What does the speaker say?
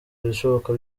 ibishoboka